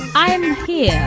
i am here.